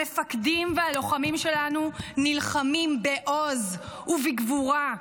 המפקדים והלוחמים שלנו נלחמים בעוז ובגבורה,